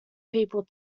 people